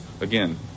again